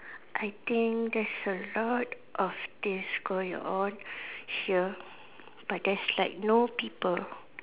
I think there's a lot of things going on here but there's like no people